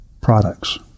Products